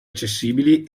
accessibili